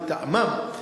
מטעמם.